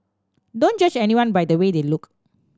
don't judge anyone by the way they look